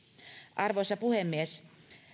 arvoisa puhemies